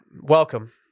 welcome